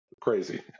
crazy